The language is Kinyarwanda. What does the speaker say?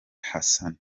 hassan